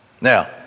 Now